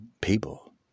people